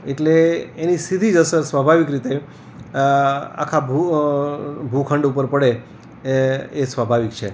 એટલે એની સીધી જ અસર સ્વભાવિક રીતે આખા ભૂ ભૂખંડ ઉપર પડે એ એ સ્વાભાવિક છે